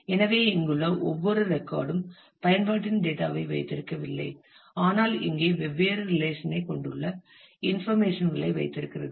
எனவே இங்குள்ள ஒவ்வொரு ரெக்கார்டும் பயன்பாட்டின் டேட்டா ஐ வைத்திருக்கவில்லை ஆனால் இங்கே வெவ்வேறு ரிலேஷன் ஐ கொண்டுள்ள இன்ஃபர்மேஷன் களை வைத்திருக்கிறது